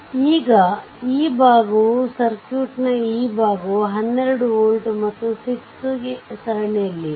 ಆದ್ದರಿಂದ ಈಗ ಈ ಭಾಗವು ಸರ್ಕ್ಯೂಟ್ನ ಈ ಭಾಗವು 12 ವೋಲ್ಟ್ ಮತ್ತು ಈ 6 ಸರಣಿಯಲ್ಲಿವೆ